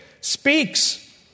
speaks